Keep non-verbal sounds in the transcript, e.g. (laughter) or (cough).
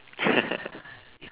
(laughs)